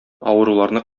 авыруларны